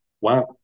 Wow